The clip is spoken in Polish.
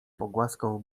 pogłaskał